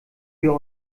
wir